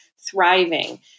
thriving